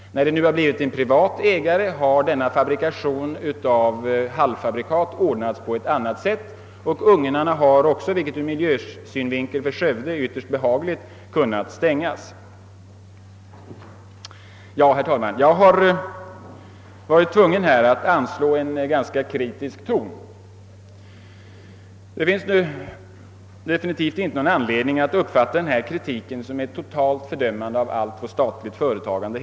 När det nu har blivit en privat ägare har denna fabrikation av halvfabrikat ordnats på annat sätt och ugnarna har, vilket ur miljösynvinkel för Skövde är mycket behagligt, kunnat stängas. Herr talman! Jag har varit tvungen att här anslå en ganska kritisk ton. Definitivt finns det inte någon anledning att uppfatta denna kritik som ett totalt fördömande av allt statligt företagande.